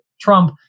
Trump